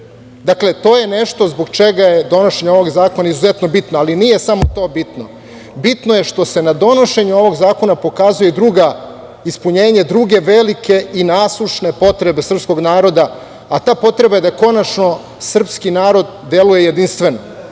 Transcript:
Srbija. Dakle, to je nešto zbog čega je donošenje ovog zakona izuzetno bitno. Ali, nije samo to bitno. Bitno je što se na donošenju ovog zakona pokazuje ispunjenje druge velike i nasušne potrebe srpskog naroda, a ta potreba je da konačno srpski narod deluje jedinstveno.